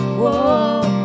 Whoa